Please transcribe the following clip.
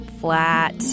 flat